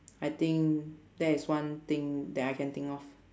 I think that is one thing that I can think of